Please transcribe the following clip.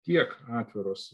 tiek atviros